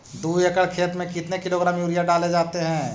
दू एकड़ खेत में कितने किलोग्राम यूरिया डाले जाते हैं?